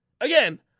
Again